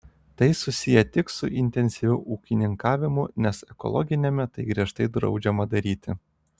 tai susiję tik su intensyviu ūkininkavimu nes ekologiniame tai griežtai draudžiama daryti